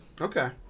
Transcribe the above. Okay